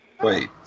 Wait